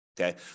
Okay